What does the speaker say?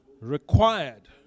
required